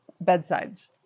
bedsides